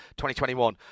2021